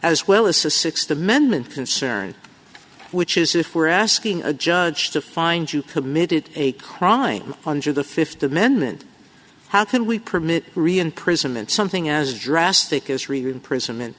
as well as a sixth amendment concern which is if we're asking a judge to find you committed a crime under the fifth amendment how can we permit re imprisonment something as drastic as read imprison